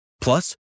Plus